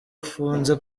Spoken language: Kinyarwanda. afunze